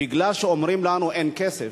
בגלל שאומרים לנו: אין כסף,